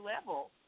level